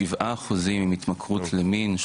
שבעה אחוזים עם התמכרות למין,